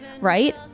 right